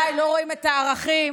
-- ומה עוד מצפה לנו כאן.